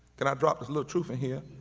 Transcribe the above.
can i drop this little truth in here?